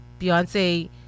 Beyonce